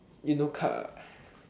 you know car